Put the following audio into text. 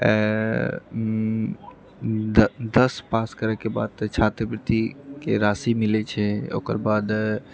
दश पास करैके बाद छात्रवृत्तिके राशि मिलैत छै ओकर बाद